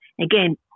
again